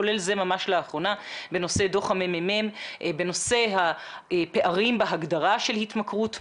כולל ממש לאחרונה בנושא דוח הממ"מ על הפערים בהגדרה של התמכרות מהי,